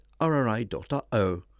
rri.o